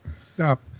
Stop